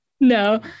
No